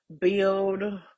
build